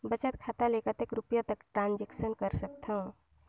बचत खाता ले कतेक रुपिया तक ट्रांजेक्शन कर सकथव?